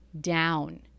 down